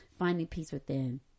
findingpeacewithin